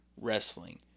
wrestling